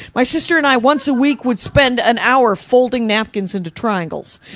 my sister and i once a week would spend an hour folding napkins into triangles.